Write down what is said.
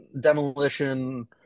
Demolition